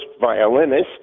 violinist